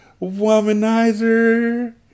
Womanizer